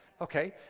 okay